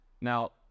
Now